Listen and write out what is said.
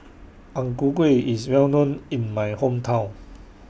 Ang Ku Kueh IS Well known in My Hometown